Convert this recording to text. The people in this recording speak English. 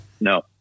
No